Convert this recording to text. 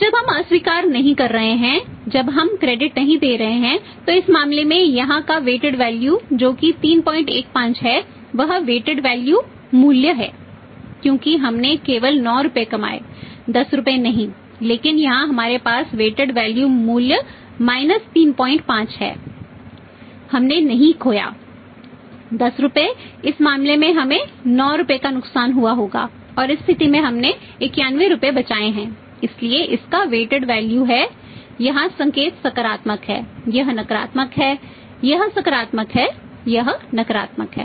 जब हम अस्वीकार नहीं कर रहे हैं जब हम क्रेडिट नहीं दे रहे हैं तो इस मामले में यहां का वेटेड वैल्यू है यहां संकेत सकारात्मक है यह नकारात्मक है यह सकारात्मक है यह नकारात्मक है